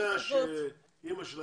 אתם יודעים שאימא שלה